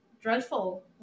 dreadful